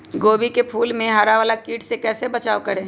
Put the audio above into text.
गोभी के फूल मे हरा वाला कीट से कैसे बचाब करें?